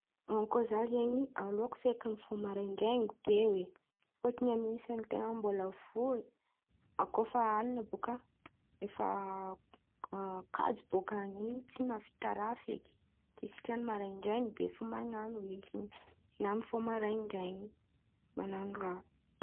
Koa za zen̈y aleoko feky mifôa marandrain̈y be oe. Fôtony amin'in̈y sain̈y ten̈a vory. Koa fa alin̈y bôka, efa a- kajo bokan̈y tsy mavita raha feky. De sitran̈y marandrain̈y be fo man̈ano izy, na mifôa marandrain̈y man̈ano raha.